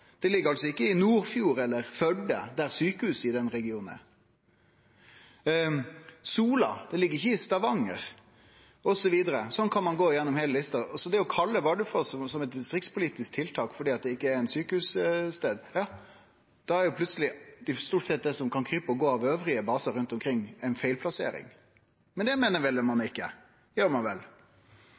Det ligg ikkje i Nordfjord eller Førde, der sjukehuset i denne regionen er. Sola ligg ikkje i Stavanger, osv. Sånn kan ein gå gjennom heile lista. Å kalle Bardufoss for eit distriktspolitisk tiltak fordi det ikkje er ein sjukehusstad, ja, da er plutseleg stort sett det som kan krype og gå av basar elles rundt omkring, ei feilplassering. Men det meiner ein vel ikkje, gjer ein vel?